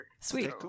Sweet